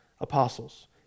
apostles